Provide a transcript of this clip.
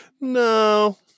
no